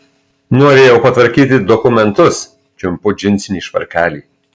norėjau patvarkyti dokumentus čiumpu džinsinį švarkelį